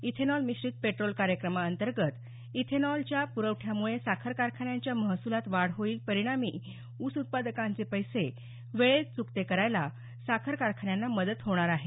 ethanol मिश्रीत petrol कार्यक्रमा अंतर्गत इथेनॉल च्या प्रवठ्यामुळे साखर कारखान्यांच्या महसुलात वाढ होईल परिणामी ऊस उत्पादकांचे पैसे वेळेत चुकते करायला साखर कारखान्यांना मदत होणार आहे